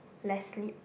less sleep